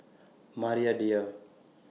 Maria Dyer